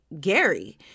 Gary